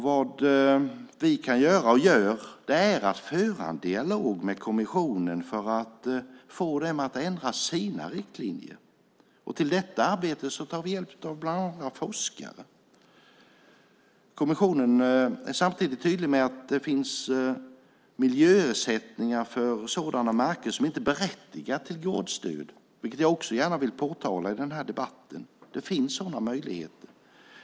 Vad vi kan göra, och gör, är att föra en dialog med kommissionen för att få dem att ändra sina riktlinjer. Till detta arbete tar vi bland annat hjälp av forskare. Kommissionen är samtidigt tydlig med att det finns miljöersättningar för sådana marker som inte berättigar till gårdsstöd, vilket jag också gärna vill påtala i den här debatten. Det finns sådana möjligheter.